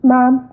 Mom